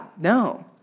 no